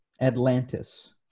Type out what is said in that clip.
Atlantis